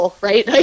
Right